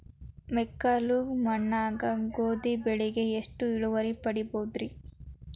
ಮೆಕ್ಕಲು ಮಣ್ಣಾಗ ಗೋಧಿ ಬೆಳಿಗೆ ಎಷ್ಟ ಇಳುವರಿ ಪಡಿಬಹುದ್ರಿ?